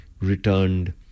returned